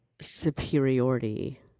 superiority